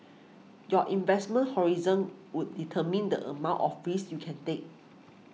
your investment horizon would determine the amount of frays you can take